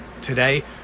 today